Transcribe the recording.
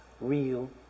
real